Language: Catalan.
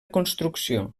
construcció